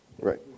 Right